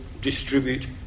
distribute